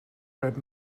red